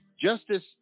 justice